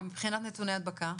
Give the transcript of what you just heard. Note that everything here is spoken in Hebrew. ומבחינת נתוני הדבקה?